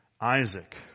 Isaac